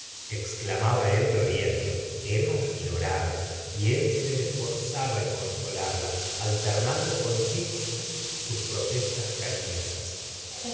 exclamaba él riendo emma lloraba y él se esforzaba en consolarla alternando con chistes sus protestas cariñosas